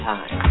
Time